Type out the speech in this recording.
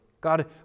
God